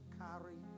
carry